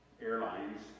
airlines